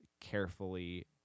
carefully